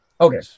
Okay